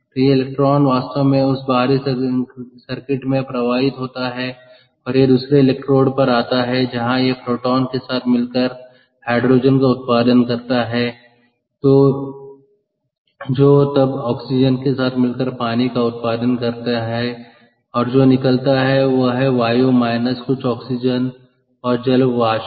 तो यह इलेक्ट्रॉन वास्तव में उस बाहरी सर्किट में प्रवाहित होता है और यह दूसरे इलेक्ट्रोड पर आता है जहां यह प्रोटॉन के साथ मिलकर हाइड्रोजन का उत्पादन करता है जो तब ऑक्सीजन के साथ मिलकर पानी का उत्पादन करता है और जो निकलता है वह है वायु माइनस कुछ ऑक्सीजन और जल वाष्प